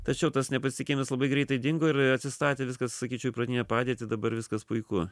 tačiau tas nepasitikėjimas labai greitai dingo ir atsistatė viskas sakyčiau į pradinę padėtį dabar viskas puiku